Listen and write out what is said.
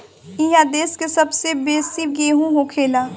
इहा देश के सबसे बेसी गेहूं होखेला